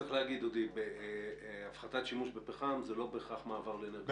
צריך להגיד שהפחתת שימוש בפחם זה לא בהכרח מעבר לאנרגיות מתחדשות.